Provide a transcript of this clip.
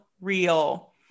real